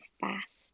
fast